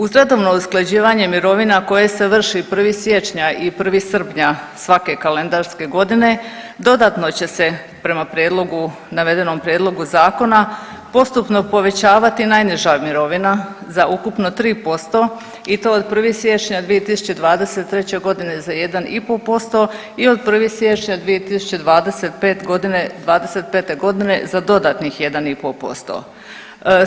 Uz redovno usklađivanje mirovina koje se vrši 1. siječnja i 1. srpnja svake kalendarske godine dodatno će se prema prijedlogu, navedenom prijedlogu zakona postupno povećavati najniža mirovina za ukupno 3% i to od 1. siječnja 2023. godine za 1,5% i od 1. siječnja 2025. godine za dodatnih 1,5%